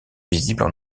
visibles